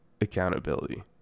accountability